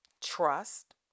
trust